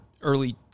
early –